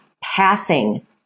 passing